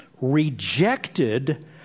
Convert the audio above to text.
rejected